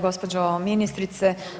Gospođo ministrice.